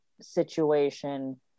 situation